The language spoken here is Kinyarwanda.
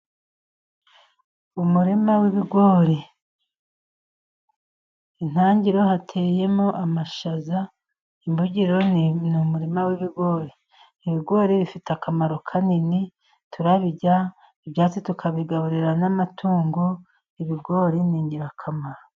Umurima w'ibigori intangiriro hateyemo amashaza imbugiro ni mu umurima w'ibigori. Ibigori bifite akamaro kanini turabirya, ibyatsi tukabigaburira n'amatungo, ibigori ni ingirakamaro.